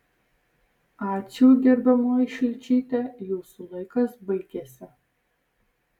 ačiū gerbiamoji šličyte jūsų laikas baigėsi